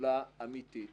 פעולה אמיתית